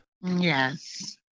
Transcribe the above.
Yes